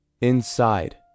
Inside